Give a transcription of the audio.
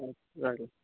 আচ্ছা রাখলাম